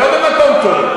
זה לא ממקום טוב.